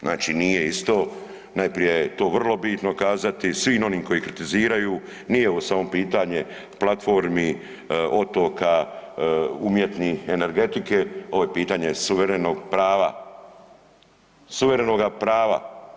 Znači nije isto, najprije je to vrlo bitno kazati svim onim koji kritiziraju, nije ovo samo pitanje platformi, otoka, umjetnih, energetike, ovo je pitanje suverenog prava, suverenoga prava.